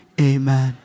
amen